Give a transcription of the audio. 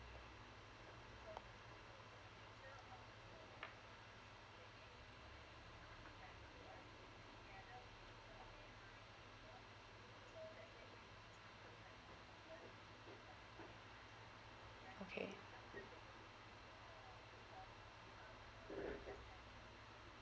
okay